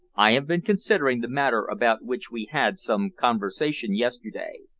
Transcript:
i have been considering the matter about which we had some conversation yesterday,